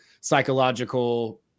psychological